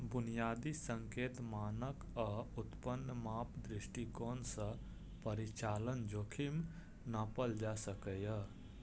बुनियादी संकेतक, मानक आ उन्नत माप दृष्टिकोण सं परिचालन जोखिम नापल जा सकैए